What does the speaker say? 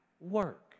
work